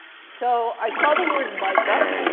so i saw the word mica.